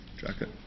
jacket